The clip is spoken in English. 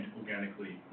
organically